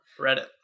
Reddit